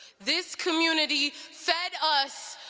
this community fed us,